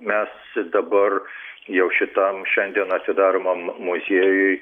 mes dabar jau šitam šiandien atidaromam muziejuj